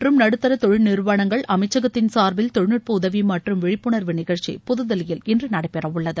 மற்றும் நடுத்தர தொழில் நிறுவனங்கள் அமைச்சகத்தின் சார்பில் தொழில்நுட்ப உதவி மற்றம் விழிப்புணர்வு நிகழ்ச்சி புதுதில்லியில் இன்று நடைபெறவுள்ளது